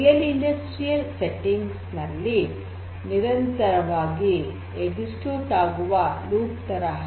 ನಿಜವಾದ ಕೈಗಾರಿಕಾ ಸೆಟ್ಟಿಂಗ್ ನಲ್ಲಿ ನಿರಂತರವಾಗಿ ಕಾರ್ಯಗತಗೊಳಿಸುವಾಗ ಆಗುವ ಲೂಪ್ ತರಹ